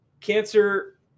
Cancer